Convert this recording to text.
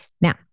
Now